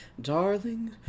Darling